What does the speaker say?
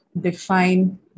define